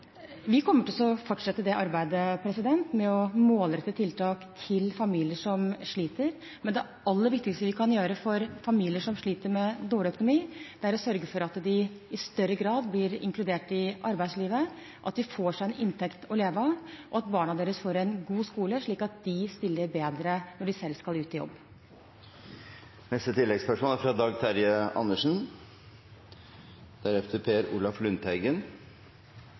Vi kommer til å fortsette arbeidet med å målrette tiltak mot familier som sliter, men det aller viktigste vi kan gjøre for familier som sliter med dårlig økonomi, er å sørge for at de i større grad blir inkludert i arbeidslivet, at de får en inntekt å leve av, og at barna deres får en god skole, slik at de stiller bedre når de selv skal ut i jobb. Dag Terje Andersen – til oppfølgingsspørsmål. Når regjeringa i statsbudsjettet som er